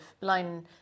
line